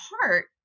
heart